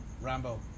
Rambo